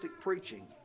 preaching